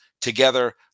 together